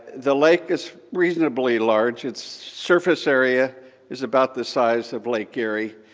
the lake is reasonably large. its surface area is about the size of lake erie.